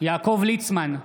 יעקב ליצמן,